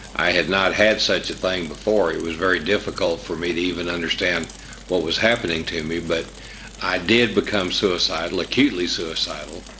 i had not had such a thing before it was very difficult for me to even understand what was happening to me, but i did become suicidal, acutely suicidal,